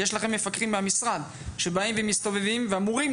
יש לכם מפקחים מהמשרד שבאים ומסתובבים ואמורים,